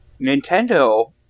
Nintendo